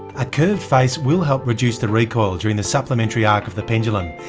a curved face will help reduce the recoil during the supplementary arc of the pendulum,